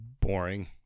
boring